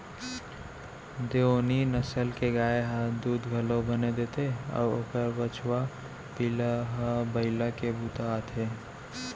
देओनी नसल के गाय ह दूद घलौ बने देथे अउ ओकर बछवा पिला ह बइला के बूता आथे